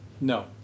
No